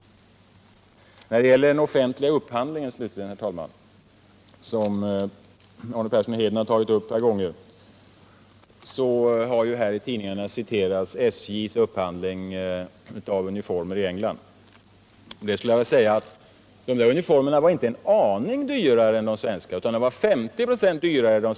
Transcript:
När det slutligen gäller den offentliga upphandlingen, som Arne Persson har tagit upp ett par gånger, har det ju i tidningarna skrivits om SJ:s upphandling av uniformer i England. Till det skulle jag vilja säga att dessa uniformer inte var en aning dyrare än de svenska, utan de var 50 96 dyrare.